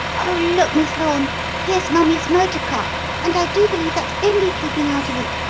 oh, look, miss lorne here's mummie's motor car and i do believe that's bimbi peeping out of it!